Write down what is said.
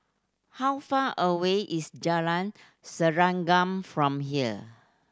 how far away is Jalan Serengam from here